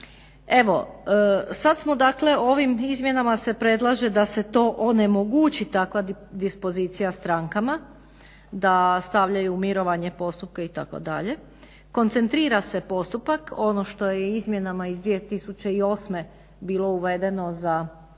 Sad smo dakle ovim izmjenama se predlaže da se to onemogući takva dispozicija strankama, da stavljaju mirovanje postupka itd., koncentrira se postupak, ono što je izmjenama iz 2008. bilo uvedeno za sporove